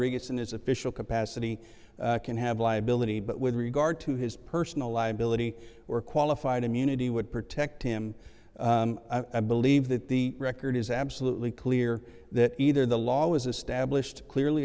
in his official capacity can have liability but with regard to his personal liability or qualified immunity would protect him i believe that the record is absolutely clear that either the law was established clearly